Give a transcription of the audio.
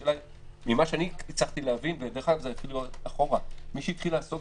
ממה שאני הצלחתי להבין - מי שהתחיל לעסוק